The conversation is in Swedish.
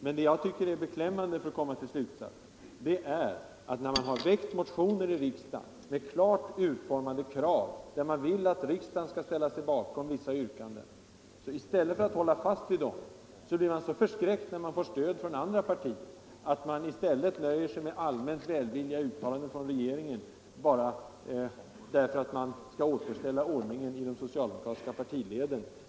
Men vad jag tycker är beklämmande -— för att komma till en slutsats —- det är att vissa socialdemokrater, som har väckt motioner i riksdagen med klart utformade krav, blir så förskräckta när de får stöd från andra partier att de, i stället för att hålla fast vid sina motioner nöjer sig med allmänt välvilliga uttalanden från regeringen, bara för att återställa ordningen i de socialdemokratiska partileden.